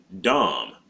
Dom